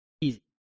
Easy